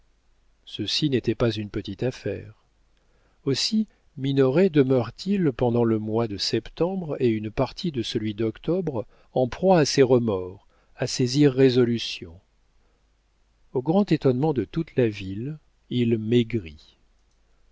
ceci n'était pas une petite affaire aussi minoret demeura t il pendant le mois de septembre et une partie de celui d'octobre en proie à ses remords à ses irrésolutions au grand étonnement de toute la ville il maigrit